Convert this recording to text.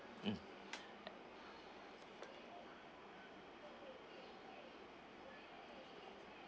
mm